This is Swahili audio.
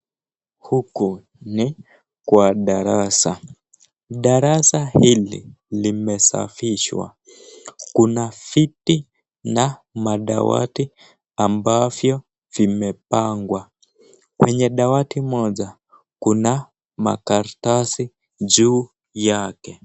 Huku ni kwa darasa, darasa hili limesafishwa, kuna viti na madawati ambavyo vimepangwa. Kwenye dawati moja kuna makaratasi juu yake.